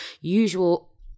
usual